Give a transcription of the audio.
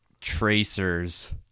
Tracers